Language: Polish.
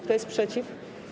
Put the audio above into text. Kto jest przeciw?